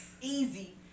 easy